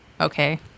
Okay